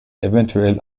eventuell